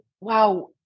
wow